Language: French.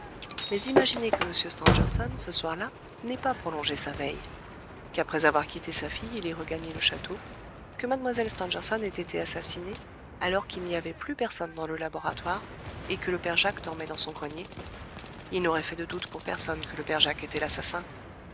mais imaginez que m stangerson ce soir-là n'ait pas prolongé sa veille qu'après avoir quitté sa fille il ait regagné le château que mlle stangerson ait été assassinée alors qu'il n'y avait plus personne dans le laboratoire et que le père jacques dormait dans son grenier il n'aurait fait de doute pour personne que le père jacques était l'assassin